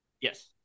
Yes